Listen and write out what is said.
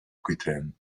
aquitaine